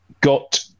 got